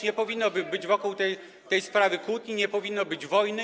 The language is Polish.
Nie powinno być wokół tej sprawy kłótni, nie powinno być wojny.